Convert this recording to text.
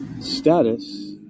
Status